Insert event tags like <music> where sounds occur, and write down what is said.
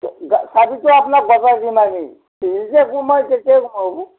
<unintelligible> চাবিটো আপোনাক গটাই দিম আমি যেতিয়াই সোমাই তেতিয়াই সোমাব